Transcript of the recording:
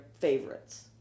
favorites